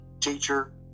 teacher